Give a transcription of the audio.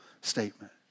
statement